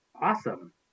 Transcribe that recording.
awesome